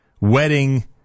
wedding